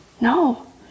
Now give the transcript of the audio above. No